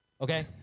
okay